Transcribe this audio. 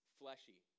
fleshy